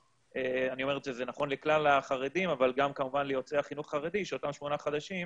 זה נכון לכלל החרדים אבל גם כמובן ליוצאי חינוך חרדי יישמרו.